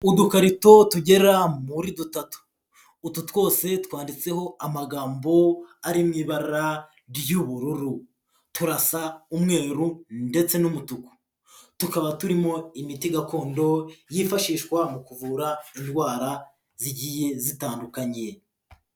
Udukarito tugeramo muri dutatu. Utu twose twanditseho amagambo arimo ibara ry'ubururu turasa umwe ndetse n'umutuku. Tukaba turimo imiti gakondo, yifashishwa mu kuvura indwara zigiye zitandukanye.